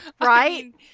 Right